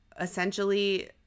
essentially